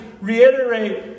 reiterate